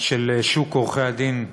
של שוק עורכי-הדין,